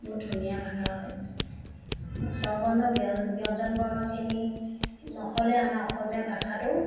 বহুত ধুনীয়া ভাষা হয় স্বৰবৰ্ণ ব্যঞ্জন বৰ্ণখিনি নহ'লে আমাৰ অসমীয়া ভাষাটো